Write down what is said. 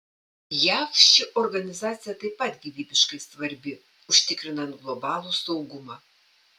jav ši organizacija taip pat gyvybiškai svarbi užtikrinant globalų saugumą